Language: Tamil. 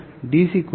எனவே டி